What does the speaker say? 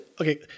okay